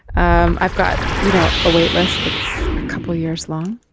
um i've got you know a waitlist that's a couple of years long.